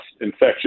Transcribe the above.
infection